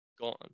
gone